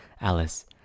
Alice